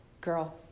Girl